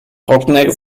trockene